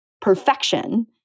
perfection